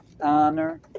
honor